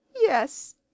Yes